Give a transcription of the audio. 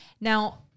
Now